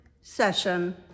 session